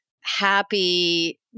happy